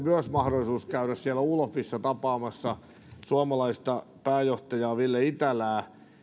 myös mahdollisuus käydä siellä olafissa tapaamassa suomalaista pääjohtajaa ville itälää